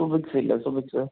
സുഫിക്സില്ലേ suffix